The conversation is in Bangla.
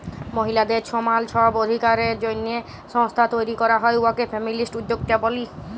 মহিলাদের ছমাল ছব অধিকারের জ্যনহে সংস্থা তৈরি ক্যরা হ্যয় উয়াকে ফেমিলিস্ট উদ্যক্তা ব্যলি